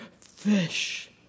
fish